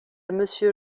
monsieur